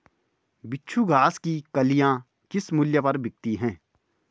बिच्छू घास की कलियां किस मूल्य पर बिकती हैं?